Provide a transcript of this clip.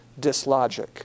dislogic